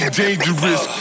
dangerous